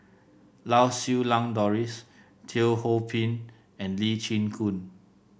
Lau Siew Lang Doris Teo Ho Pin and Lee Chin Koon